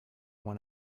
one